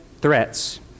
threats